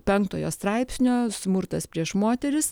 penktojo straipsnio smurtas prieš moteris